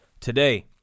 Today